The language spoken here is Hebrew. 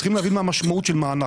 צריכים להבין מה המשמעות של מענק.